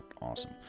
awesome